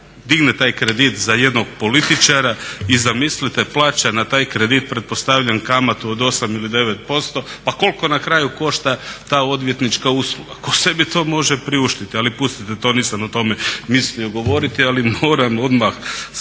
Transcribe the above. digne taj kredit za jednog političara i zamislite plaća na taj kredit pretpostavljam kamatu od 8 ili 9%. Pa koliko na kraju košta ta odvjetnička usluga? Tko sebi to može priuštiti? Ali pustite to, nisam o tome mislio govoriti. Ali moram odmah upitati